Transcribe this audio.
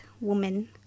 woman